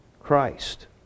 Christ